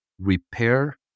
repair